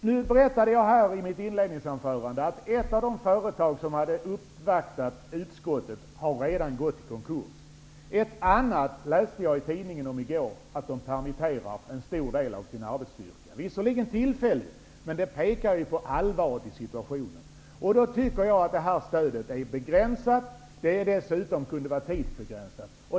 Jag berättade i mitt inledningsanförande att ett av de företag som uppvaktade utskottet redan har gått i konkurs. Jag läste i tidningen i går att ett annat permitterar en stor del av sin arbetsstyrka. Det är visserligen tillfälligt, men det pekar på allvaret i situationen. Stödet är begränsat och det kunde dessutom vara tidsbegränsat.